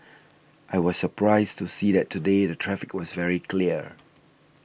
I was surprised to see that today the traffic was very clear